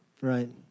Right